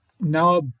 now